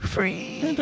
Free